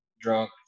drunk